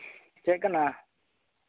ᱪᱮᱫ ᱠᱟᱱᱟ